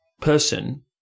person